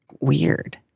Weird